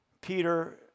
Peter